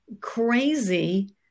crazy